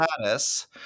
status